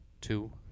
two